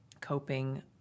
coping